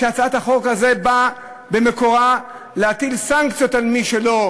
שהצעת החוק הזאת באה במקורה להטיל סנקציות על מי שלא